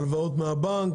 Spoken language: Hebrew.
הלוואות מהבנק,